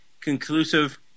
conclusive